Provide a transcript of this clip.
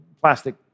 plastic